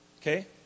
Okay